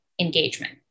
engagement